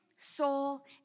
Soul